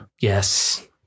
Yes